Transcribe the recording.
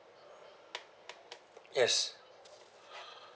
yes